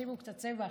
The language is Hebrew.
הוסיפו קצת צבע,